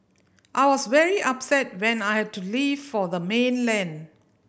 I was very upset when I had to leave for the mainland